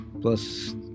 plus